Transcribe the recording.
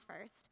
first